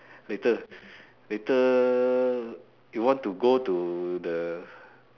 later later you want to go to the